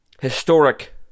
historic